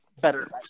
better